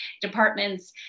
departments